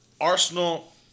Arsenal